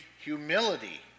humility